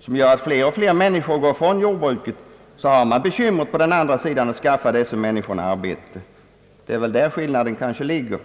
som gör att fler och fler människor går ifrån jordbruket, har man på den andra sidan bekymmer med att skaffa samma människor arbete. Det är där skillnaden ligger.